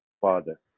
Father